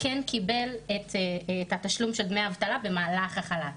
כן קיבל את התשלום של דמי האבטלה במהלך החל"ת.